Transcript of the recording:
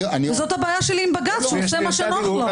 וזאת הבעיה שלי עם בג"ץ, שהוא עושה מה שנוח לו.